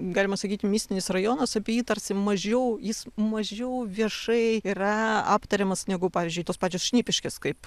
galima sakyti mistinis rajonas apie jį tarsi mažiau jis mažiau viešai yra aptariamas negu pavyzdžiui tos pačios šnipiškės kaip